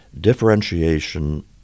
differentiation